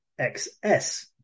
xs